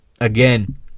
again